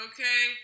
Okay